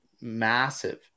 massive